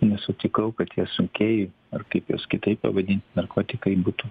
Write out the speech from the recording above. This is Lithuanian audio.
nesutikau kad tie sunkieji ar kaip juos kitaip pavadinti narkotikai būtų